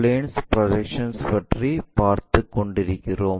planes projections பற்றி பார்த்துக் கொண்டிருக்கிறோம்